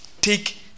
Take